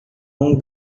longo